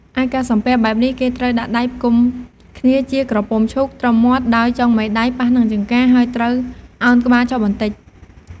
ឯការសំពះបែបនេះគេត្រូវ ដាក់ដៃផ្គុំគ្នាជារាងក្រពុំឈូកត្រឹមមាត់ ដោយចុងមេដៃប៉ះនឹងចង្កា ហើយត្រូវឱនក្បាលចុះបន្តិច។